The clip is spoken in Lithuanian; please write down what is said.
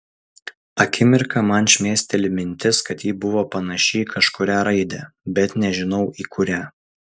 akimirką man šmėsteli mintis kad ji buvo panaši į kažkurią raidę bet nežinau į kurią